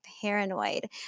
Paranoid